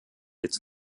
its